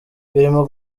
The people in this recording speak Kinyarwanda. birimo